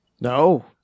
No